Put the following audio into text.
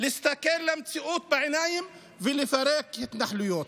להסתכל למציאות בעיניים ולפרק התנחלויות,